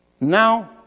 Now